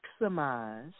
maximize